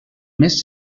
més